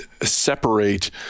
separate